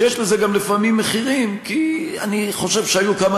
שיש לזה לפעמים מחיר: אני חושב שהיו כמה